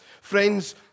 Friends